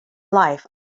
life